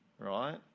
right